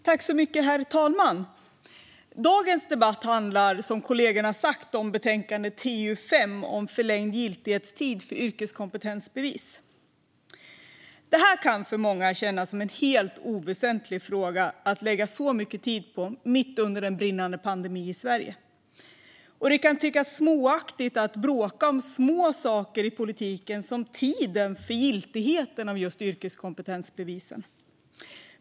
Herr talman! Dagens debatt handlar, som kollegorna har sagt, om betänkande TU5 om förlängd giltighetstid för yrkeskompetensbevis. Det kan för många kännas som en helt oväsentlig fråga att lägga så mycket tid på mitt under en brinnande pandemi i Sverige. Och det kan tyckas småaktigt att bråka om små saker i politiken som tiden för yrkeskompetensbevisens giltighet.